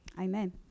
Amen